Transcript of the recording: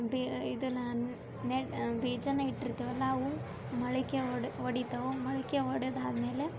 B ಇದನ್ನು ನೆಟ್ಟು ಬೀಜಾನ ಇಟ್ಟಿರ್ತೀವಲ್ಲ ಅವು ಮೊಳಕೆ ಒಡೆ ಒಡೀತವ ಮೊಳಕೆ ಒಡೆದಾದಮೇಲೆ